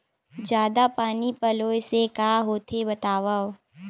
जादा पानी पलोय से का होथे बतावव?